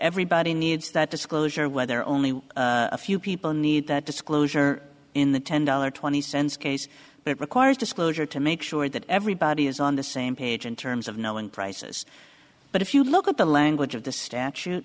everybody needs that disclosure whether only a few people need that disclosure in the ten dollar twenty cents case that requires disclosure to make sure that everybody is on the same page in terms of knowing prices but if you look at the language of the statute